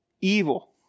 evil